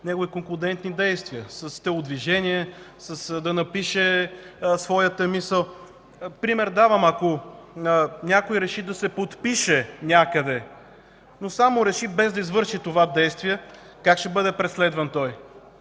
негови конклудентни действия – с телодвижение, да напише своята мисъл. Давам пример. Ако някой реши да се подпише някъде, но само реши, без да извърши това действие, как ще бъде преследван той?